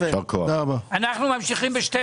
הישיבה ננעלה בשעה